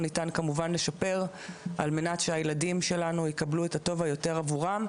ניתן כמובן לשפר על מנת שהילדים שלנו יקבלו את הטוב היותר עבורם,